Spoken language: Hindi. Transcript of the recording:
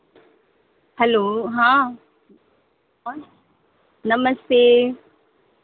हैलो हाँ कौन नमस्ते